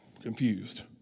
Confused